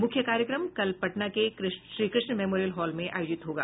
मुख्य कार्यक्रम कल पटना के श्रीकृष्ण मेमोरियल हॉल में आयोजित होगा